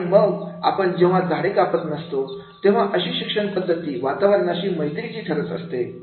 आणि मग आपण जेव्हा झाडे कापत नसतो तेव्हा अशी शिक्षणपद्धती वातावरणाशी मैत्रीची ठरत असते